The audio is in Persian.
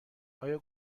آیا